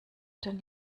den